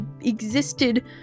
existed